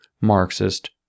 Marxist